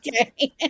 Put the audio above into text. Okay